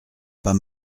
pas